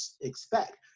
expect